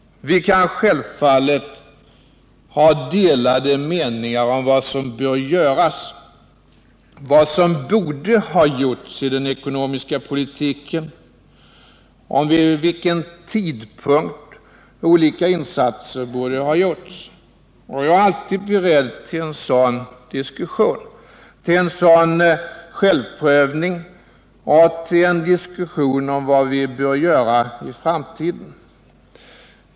Vi kan självfallet ha delade meningar om vad som bör göras, vad som borde ha gjorts i den ekonomiska politiken och vid vilken tidpunkt olika insatser borde ha gjorts. Jag är alltid beredd till en sådan diskussion, till en sådan självprövning och till en diskussion om vad vi bör göra i framtiden.